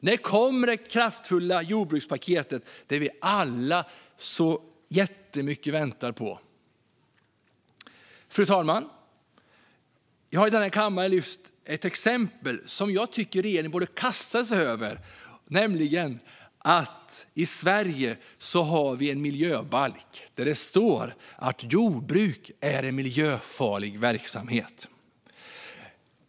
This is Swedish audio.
När kommer det kraftfulla jordbrukspaketet, som vi alla väntar på så jättemycket? Fru talman! Jag har i denna kammare lyft fram ett exempel som jag tycker att regeringen borde kasta sig över, nämligen att vi i Sverige har en miljöbalk där det står att jordbruk är en miljöfarlig verksamhet.